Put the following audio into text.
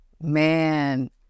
Man